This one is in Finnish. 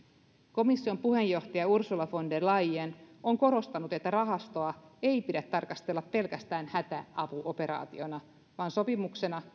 komission puheenjohtaja ursula von der leyen on korostanut että rahastoa ei pidä tarkastella pelkästään hätäapuoperaationa vaan sopimuksena